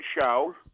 show